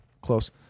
close